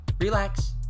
Relax